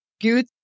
good